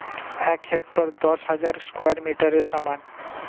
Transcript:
এক হেক্টার দশ হাজার স্কয়ার মিটারের সমান